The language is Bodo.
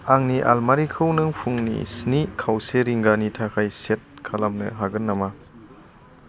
आंनि एलार्मखौ नों फुंनि स्नि खावसे रिंगानि थाखाय सेट खालामनो हागोन नामा